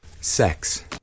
Sex